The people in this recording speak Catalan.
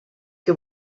que